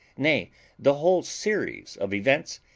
nay the whole series of events,